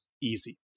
Easy